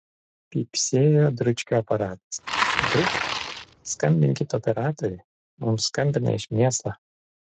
pypsėjo dručkio aparatas dručki skambinkit operatoriui jums skambina iš miesto